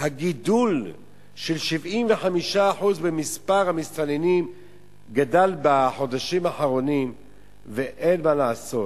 גידול של 75% במספר המסתננים בחודשים האחרונים ואין מה לעשות?